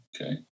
Okay